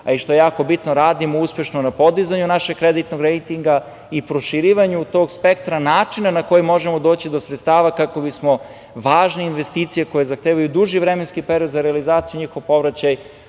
ekonomije, a i radimo uspešno na podizanje našeg kreditnog rejtinga i proširivanju tog spektra načina na koji možemo doći do sredstava kako bismo važne investicije, koje zahtevaju duži vremenski period za realizaciju njihovog povraćaja,